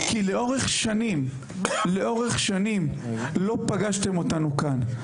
כי לאורך שנים לא פגשתם אותנו כאן.